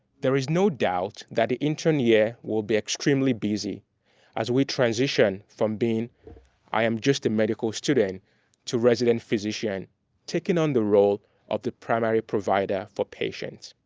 there is no doubt that the intern year will be extremely busy as we transition from being i am just a medical student to resident physician taking on the role of the primary provider for patients.